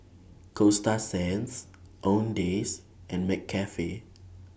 Coasta Sands Owndays and McCafe